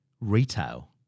retail